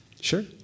Sure